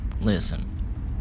Listen